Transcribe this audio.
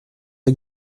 que